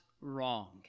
wrong